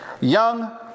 young